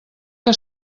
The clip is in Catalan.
que